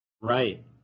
Right